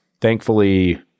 thankfully